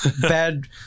bad